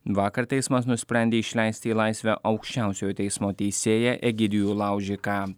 vakar teismas nusprendė išleisti į laisvę aukščiausiojo teismo teisėją egidijų laužiką